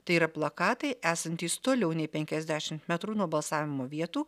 tai yra plakatai esantys toliau nei penkiasdešimt metrų nuo balsavimo vietų